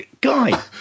Guy